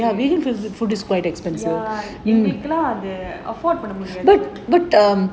இப்போ எல்லாம் பண்ண முடியாது:ippo ellaam panna mudiyaathu